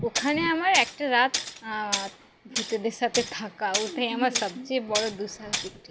ওখানে আমার একটা রাত ভূতেদের সাথে থাকা ওটাই আমার সবচেয়ে বড় দুঃসাহিক ট্রিপ